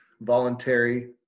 voluntary